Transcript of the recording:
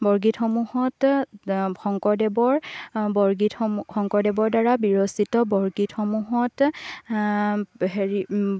বৰগীতসমূহত শংকৰদেৱৰ বৰগীতসমূহ শংকৰদেৱৰ দ্বাৰা বিৰচিত বৰগীতসমূহত হেৰি